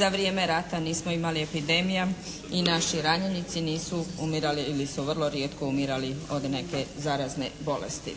za vrijeme rata nismo imali epidemija i naši ranjenici nisu umirali ili su vrlo rijetko umirali od neke zarazne bolesti.